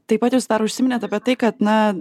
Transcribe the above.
taip pat jūs dar užsiminėt apie tai kad na